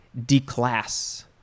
declass